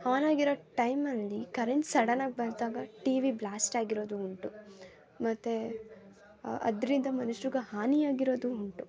on ಆಗಿರೊ ಟೈಮಲ್ಲಿ current ಸಡನಾಗಿ ಬಂದಾಗ ಟಿವಿ ಬ್ಲಾಸ್ಟ್ ಆಗಿರೋದು ಉಂಟು ಮತ್ತೆ ಅದರಿಂದ ಮನುಷ್ರಿಗೆ ಹಾನಿ ಆಗಿರೋದು ಉಂಟು